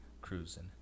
cruising